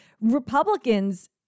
Republicans